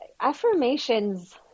Affirmations